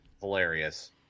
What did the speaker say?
hilarious